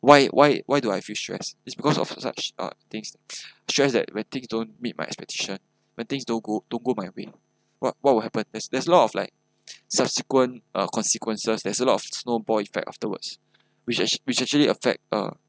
why why why do I feel stress is because of such uh things stressed that when things don't meet my expectations when things don't go don't go my way what what will happen there's there's a lot of like subsequent uh consequences there is a lot of snowball effect afterwards which act~ which actually effect uh